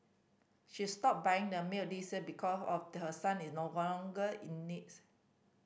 she stopped buying the milk this year because of her son is no longer it needs